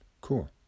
Cool